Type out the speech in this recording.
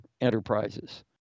enterprises